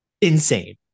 Insane